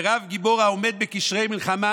ורב גיבור העומד בקשרי מלחמה,